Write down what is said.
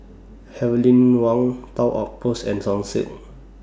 Heavenly Wang Toy Outpost and Sunsilk